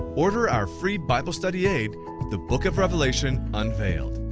order our free bible study aid the book of revelation unveiled.